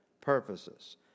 purposes